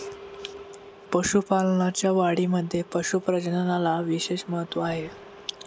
पशुपालनाच्या वाढीमध्ये पशु प्रजननाला विशेष महत्त्व आहे